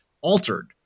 altered